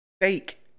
fake